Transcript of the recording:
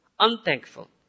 Unthankful